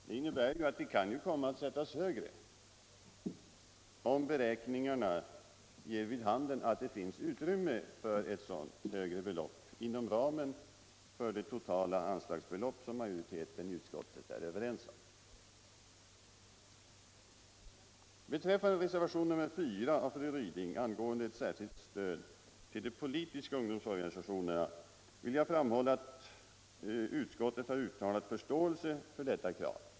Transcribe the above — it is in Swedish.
Det innebär att det kan komma att sättas högre, om beräkningarna ger vid handen att det finns utrymme för ett sådant högre belopp inom ramen för det totala anslag som majoriteten i utskottet förordar. Beträffande reservationen 4 av fru Ryding angående ett särskilt stöd till de politiska ungdomsorganisationerna vill jag framhålla att utskottet har uttalat förståelse för detta krav.